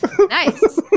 Nice